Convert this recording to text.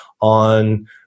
on